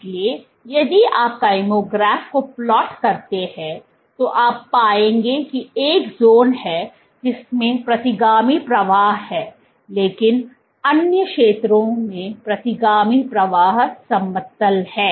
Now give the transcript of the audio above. इसलिए यदि आप kymograph को प्लॉट करते हैं तो आप पाएंगे कि एक ज़ोन है जिसमें प्रतिगामी प्रवाह है लेकिन अन्य क्षेत्रों में प्रतिगामी प्रवाह समतल है